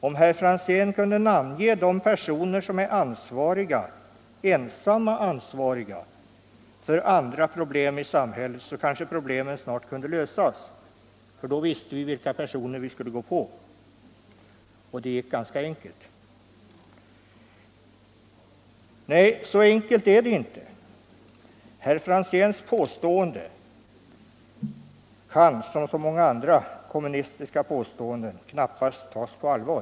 Om herr Franzén kunde namnge de personer som ensamma är ansvariga för andra problem i samhället, så kanske problemen snart kunde lösas, för då visste vi vilka personer vi skulle gå på, och det skulle vara ganska enkelt. Men, fru talman, det är inte så enkelt. Herr Franzéns påstående kan, som så många andra kommunistiska påståenden, knappast tas på allvar.